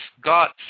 God